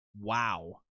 Wow